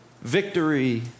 victory